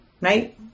right